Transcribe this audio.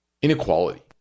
inequality